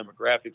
demographics